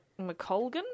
McColgan